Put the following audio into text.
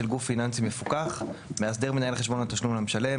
של גוף פיננסי מפוקח - מאסדר מנהל חשבון התשלום למשלם,